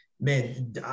man